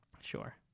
sure